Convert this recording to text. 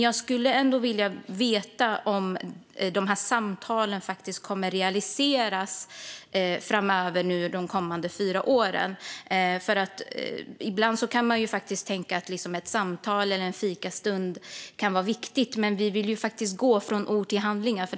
Jag skulle ändå vilja veta om de här samtalen faktiskt kommer att realiseras under de kommande fyra åren. Ibland kan man tänka att det kan vara viktigt med ett samtal eller en fikastund, men vi vill ju gå från ord till handling här.